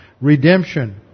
Redemption